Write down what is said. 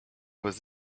was